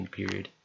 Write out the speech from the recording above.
period